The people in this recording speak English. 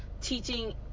teaching